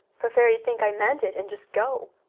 for fear he'd think i meant it and just go.